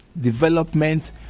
development